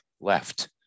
left